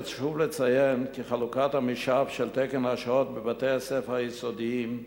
חשוב לציין כי חלוקת המשאב של תקן השעות בבתי-הספר היסודיים,